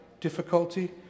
difficulty